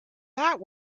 that